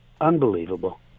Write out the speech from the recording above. Unbelievable